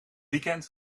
weekend